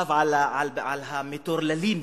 כתב על המטורללים בישראל,